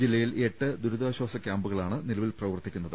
ജില്ല യിൽ എട്ട് ദുരിതാശ്വാസ ക്യാമ്പുകളാണ് നിലവിൽ പ്രവർത്തി ക്കുന്നത്